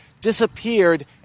disappeared